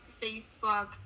Facebook